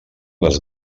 les